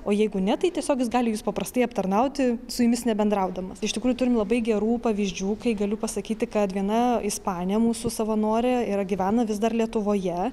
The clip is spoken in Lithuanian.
o jeigu ne tai tiesiog jis gali jus paprastai aptarnauti su jumis nebendraudamas iš tikrųjų turi labai gerų pavyzdžių kai galiu pasakyti kad viena ispanė mūsų savanorė yra gyvena vis dar lietuvoje